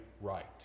right